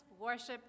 worship